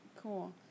Cool